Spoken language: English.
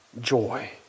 joy